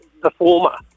performer